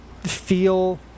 feel